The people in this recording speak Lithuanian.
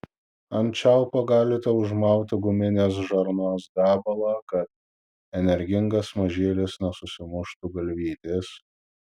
ant čiaupo galite užmauti guminės žarnos gabalą kad energingas mažylis nesusimuštų galvytės